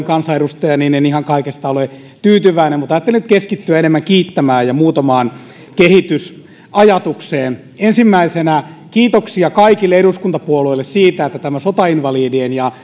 kansanedustaja niin en ihan kaikkeen ole tyytyväinen mutta ajattelin nyt keskittyä enemmän kiittämään ja muutamaan kehitysajatukseen ensimmäisenä kiitoksia kaikille eduskuntapuolueille siitä että tämä sotainvalideihin ja